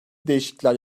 değişiklikler